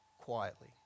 quietly